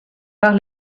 par